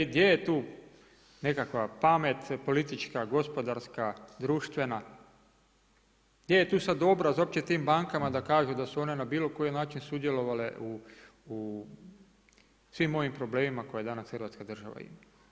I gdje je tu nekakva pamet politička, gospodarstva, društvena, gdje je tu sad dobra saopćiti tim bankama da kažu da su one na bilo koji način sudjelovale u svim ovim problemima koje danas Hrvatska država ima.